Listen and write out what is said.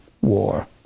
war